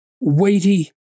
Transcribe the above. weighty